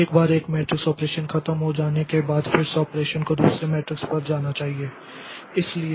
एक बार एक मैट्रिक्स ऑपरेशन खत्म हो जाने के बाद फिर से ऑपरेशन को दूसरे मैट्रिक्स पर जाना चाहिए